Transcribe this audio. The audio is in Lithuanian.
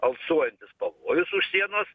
alsuojantis pavojus už sienos